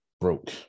broke